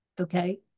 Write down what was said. okay